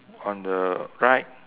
on the right